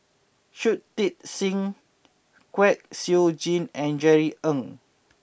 Shui Tit Sing Kwek Siew Jin and Jerry Ng